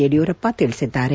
ಯಡಿಯೂರಪ್ಪ ತಿಳಿಸಿದ್ದಾರೆ